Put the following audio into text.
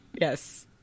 yes